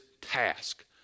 task